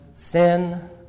Sin